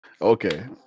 Okay